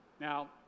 Now